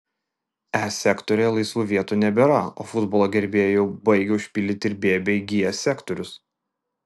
e sektoriuje laisvų vietų nebėra o futbolo gerbėjai jau baigia užpildyti ir b bei g sektorius